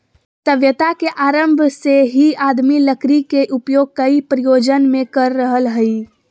सभ्यता के आरम्भ से ही आदमी लकड़ी के उपयोग कई प्रयोजन मे कर रहल हई